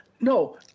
No